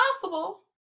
possible